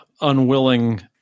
unwilling